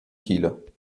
chile